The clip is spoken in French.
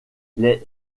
les